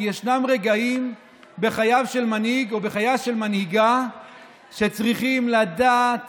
כי יש רגעים בחייו של מנהיג או בחייה של מנהיגה שבהם הם צריכים לדעת